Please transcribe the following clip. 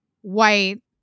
white